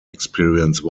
experience